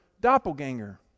doppelganger